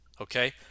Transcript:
okay